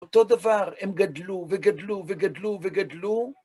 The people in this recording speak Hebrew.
אותו דבר הם גדלו וגדלו וגדלו וגדלו.